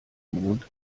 mond